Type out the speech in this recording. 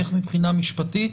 איך מבחינה משפטית